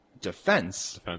defense